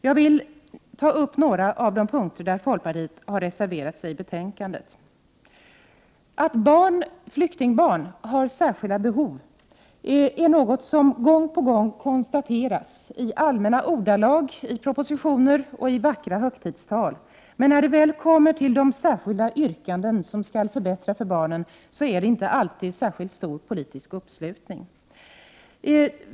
Jag vill ta upp några av de punkter där folkpartiet har reserverat sig i betänkandet. Att flyktingbarn har särskilda behov är något som gång på gång konstateras i allmänna ordalag, i propositioner och i vackra högtidstal. När man dock kommer till de särskilda yrkanden om åtgärder som skulle kunna förbättra för barnen, är det inte alltid så stor politisk uppslutning.